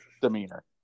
demeanor